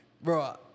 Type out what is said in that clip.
Bro